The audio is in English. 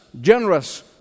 generous